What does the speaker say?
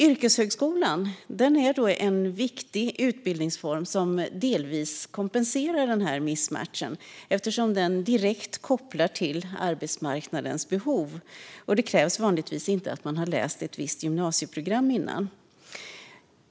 Yrkeshögskolan är en viktig utbildningsform som delvis kompenserar denna missmatchning, eftersom den direkt kopplar till arbetsmarknadens behov. Det krävs vanligtvis inte att man har läst ett visst gymnasieprogram innan.